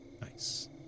Nice